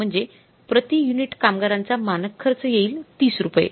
म्हणजे प्रति युनिट कामगारांचा मानक खर्चयेईल 30 रुपये